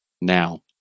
now